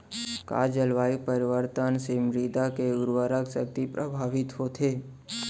का जलवायु परिवर्तन से मृदा के उर्वरकता शक्ति प्रभावित होथे?